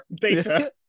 data